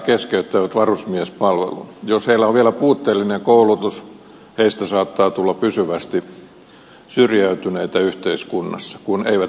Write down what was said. jos heillä on vielä puutteellinen koulutus heistä saattaa tulla pysyvästi syrjäytyneitä yhteiskunnassa kun eivät pääse työhön